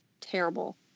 terrible